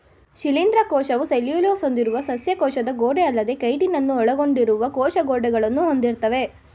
ಶಿಲೀಂಧ್ರ ಕೋಶವು ಸೆಲ್ಯುಲೋಸ್ ಹೊಂದಿರುವ ಸಸ್ಯ ಕೋಶದ ಗೋಡೆಅಲ್ಲದೇ ಕೈಟಿನನ್ನು ಒಳಗೊಂಡಿರುವ ಕೋಶ ಗೋಡೆಗಳನ್ನು ಹೊಂದಿರ್ತವೆ